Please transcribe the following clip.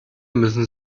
müssen